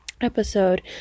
episode